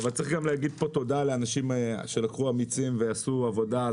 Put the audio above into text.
אבל צריך גם להגיד פה תודה לאנשים שלקחו אמיצים ועשו עבודה,